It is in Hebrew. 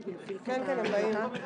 נכבדים,